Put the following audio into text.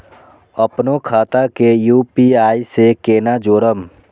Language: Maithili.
अपनो खाता के यू.पी.आई से केना जोरम?